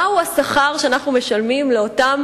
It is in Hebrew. מהו השכר שאנחנו משלמים לאותם